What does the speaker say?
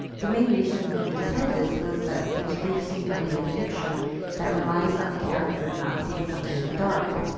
the main reason we decided this was that there is a brief scene early in the picture that relies on a character not seeing something in the dark.